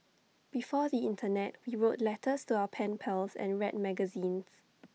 before the Internet we wrote letters to our pen pals and read magazines